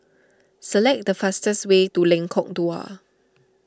select the fastest way to Lengkok Dua